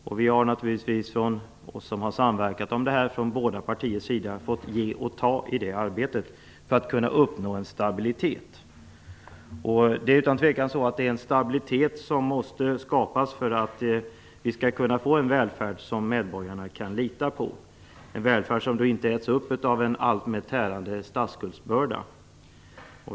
Vi som har samverkat om detta har naturligtvis från båda partiers sida fått ta och ge i detta arbete för att uppnå stabilitet. Utan tvekan måste stabilitet skapas för att vi skall kunna få en välfärd som medborgarna kan lita på - en välfärd som då inte äts upp av en alltmer tärande statsskuldsbörda.